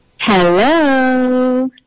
hello